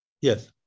yes